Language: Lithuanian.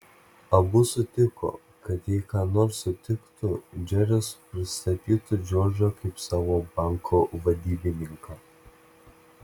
abu sutiko kad jei ką nors sutiktų džeris pristatytų džordžą kaip savo banko vadybininką